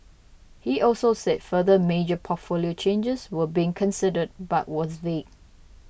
he also said further major portfolio changes were being considered but was vague